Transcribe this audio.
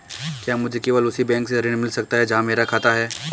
क्या मुझे केवल उसी बैंक से ऋण मिल सकता है जहां मेरा खाता है?